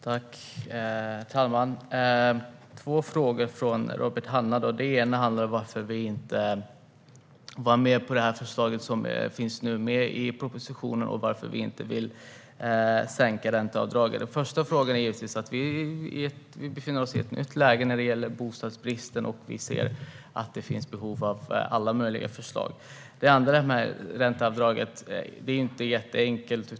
Herr talman! Jag fick två frågor från Robert Hannah. Den ena handlar om varför vi inte var med på förslaget som nu finns med i propositionen och den andra handlar om varför vi inte vill sänka ränteavdragen. Svaret på den första frågan är givetvis att vi befinner oss i ett nytt läge när det gäller bostadsbristen. Vi ser att det finns behov av alla möjliga förslag. Den andra frågan gällde ränteavdraget. Det är inte jätteenkelt.